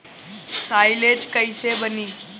Silage कईसे बनी?